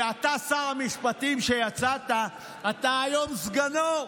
ואתה, שר המשפטים, שיצאת, אתה היום סגנו.